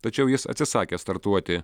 tačiau jis atsisakė startuoti